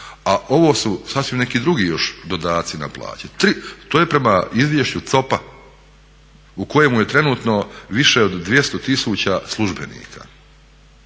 a ovo su sasvim neki drugi još dodaci na plaće. To je prema izvješću COP-a u kojemu je trenutno više od 200 tisuća službenika,